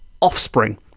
offspring